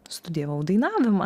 studijavau dainavimą